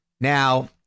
Now